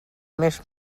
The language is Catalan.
més